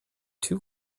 two